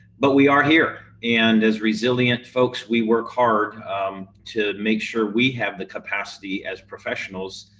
but we are here and as resilient folks we work hard to make sure we have the capacity as professionals.